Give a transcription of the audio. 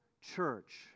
church